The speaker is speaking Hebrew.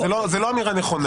זו לא אמירה נכונה.